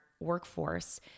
workforce